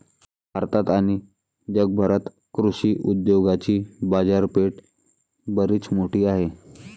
भारतात आणि जगभरात कृषी उद्योगाची बाजारपेठ बरीच मोठी आहे